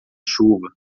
chuva